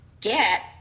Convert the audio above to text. get